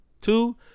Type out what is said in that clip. two